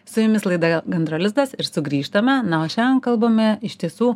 su jumis laida gandro lizdas ir sugrįžtame na o šiandien kalbame iš tiesų